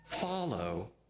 follow